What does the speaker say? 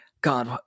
God